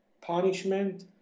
punishment